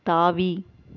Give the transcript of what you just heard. தாவி